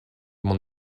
mon